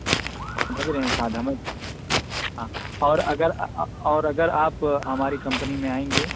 سمجھ رہے ہیں صاد احمد ہاں اور اگر اور اگر آپ ہماری کمپنی میں آئیں گے